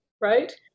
right